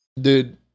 Dude